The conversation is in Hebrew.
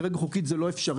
כרגע חוקית זה לא אפשרי,